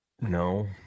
No